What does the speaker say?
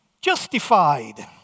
justified